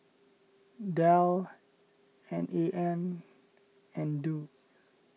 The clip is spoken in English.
Dell N A N and Doux